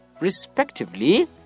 respectively